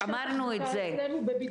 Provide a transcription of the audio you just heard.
אנשי התחזוקה אצלנו בבידוד.